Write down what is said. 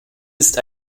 ist